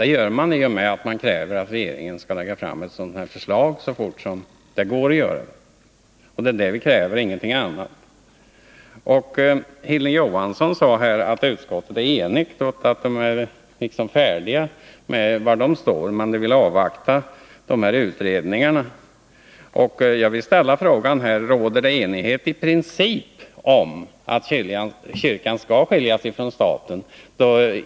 Det gör man i och med att man kräver att regeringen skall lägga fram ett förslag i den riktningen så fort det är möjligt att göra det. Det är det vi kräver — ingenting annat. Hilding Johansson sade att utskottet är enigt och att ledamöterna där är färdiga med sina ställningstaganden men att man ville avvakta utredningarna. Jag vill då ställa frågan: Råder det enighet i princip om att kyrkan skall skiljas från staten?